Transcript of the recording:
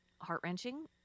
heart-wrenching